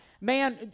Man